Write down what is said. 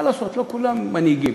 מה לעשות, לא כולם מנהיגים.